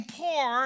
poor